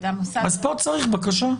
אז פה צריך בקשה.